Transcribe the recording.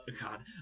god